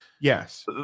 Yes